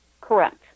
correct